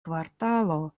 kvartalo